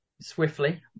swiftly